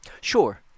sure